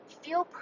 feel